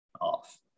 off